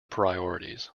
priorities